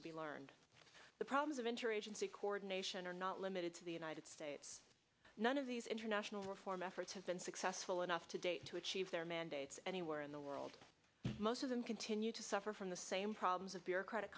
to be learned the problems of interagency coordination are not limited to the united states none of these international reform efforts have been successful enough to date to achieve their mandates anywhere in the world most of them continue to suffer from the same problems of bureaucratic